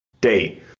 day